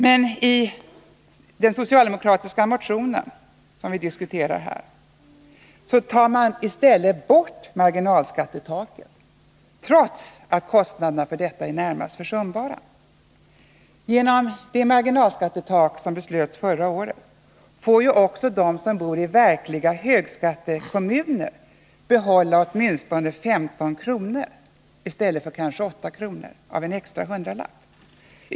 Men i den socialdemokratiska motion som vi här diskuterar tar man i stället bort marginalskattetaket, trots att kostnaderna för detta är närmast försumbara. Genom det marginalskattetak som beslöts förra året får också de som bor i verkliga högskattekommuner behålla åtminstone 15 kr. i stället för kanske 8 kr. av en extra hundralapp.